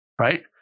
right